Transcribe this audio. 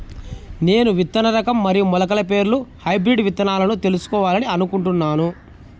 నేను విత్తన రకం మరియు మొలకల పేర్లు హైబ్రిడ్ విత్తనాలను తెలుసుకోవాలని అనుకుంటున్నాను?